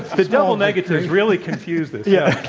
the double negatives really confuse this. yeah.